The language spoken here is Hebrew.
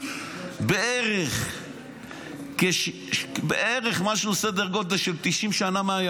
מהיהדות במשך בערך 90 שנה,